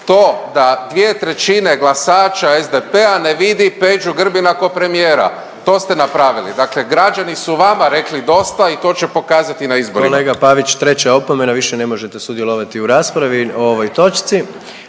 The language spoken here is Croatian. to da 2/3 glasača SDP-a ne vidi Peđu Grbina ko premijera. To ste napravili. Dakle građani su vama rekli dosta i to će pokazati na izborima. **Jandroković, Gordan (HDZ)** Kolega Pavić treća je opomena, više ne možete sudjelovati u raspravi o ovoj točci,